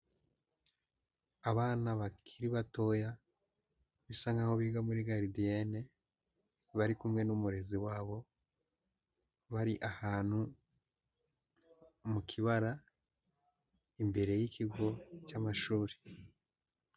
Abana bakiri batoya bisa nk'aho biga muri garidienne, bari kumwe n'umurezi wabo, bari ahantu mu kibara imbere y'ikigo cy'amashuri.